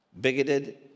bigoted